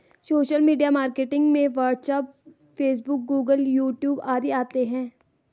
social media marketing में WhatsApp Facebook Google YouTube आदि आते है